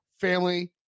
family